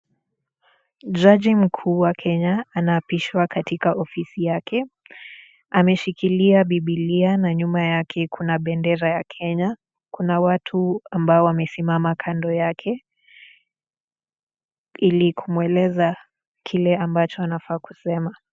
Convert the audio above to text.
Jaji mkuu wa kenya anaapishwa katika ofisi yake. Ameshikilia Bibilia na nyuma yake kuna bendera ya kenya, kuna watu ambao wamesimama kando yake, ili kumweleza kile ambacho anafaa kusema.